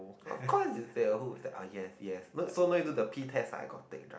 of course it still who is that yes yes look so nice to do the Pee test